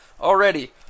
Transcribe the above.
already